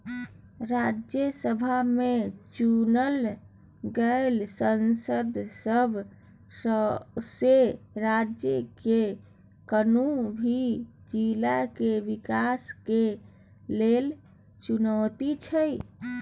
राज्यसभा में चुनल गेल सांसद सब सौसें राज्य केर कुनु भी जिला के विकास के लेल चुनैत छै